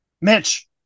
Mitch